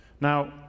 Now